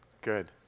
Good